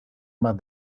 más